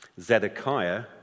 Zedekiah